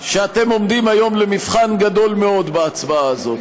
שאתם עומדים היום למבחן גדול מאוד בהצבעה הזאת,